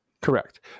Correct